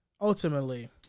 ultimately